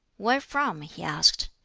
where from? he asked.